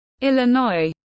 Illinois